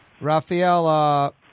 Rafael